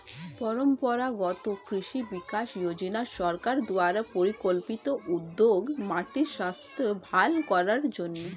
পরম্পরাগত কৃষি বিকাশ যোজনা সরকার দ্বারা পরিকল্পিত উদ্যোগ মাটির স্বাস্থ্য ভাল করার জন্যে